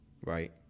right